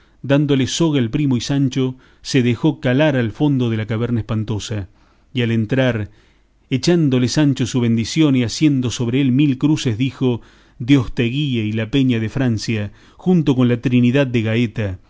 dándole soga el primo y sancho se dejó calar al fondo de la caverna espantosa y al entrar echándole sancho su bendición y haciendo sobre él mil cruces dijo dios te guíe y la peña de francia junto con la trinidad de gaeta